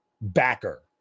backer